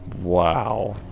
Wow